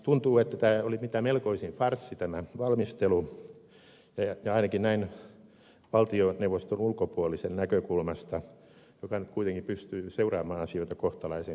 tuntuu että tämä valmistelu oli mitä melkoisin farssi näin ainakin sellaisen valtioneuvoston ulkopuolisen näkökulmasta joka kuitenkin pystyy seuraamaan asioita kohtalaisen hyvin